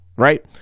right